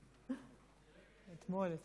אתמול.